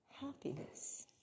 happiness